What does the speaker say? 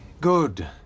good